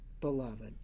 beloved